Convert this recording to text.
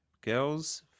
Girls